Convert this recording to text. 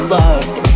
loved